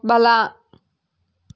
ಬಲ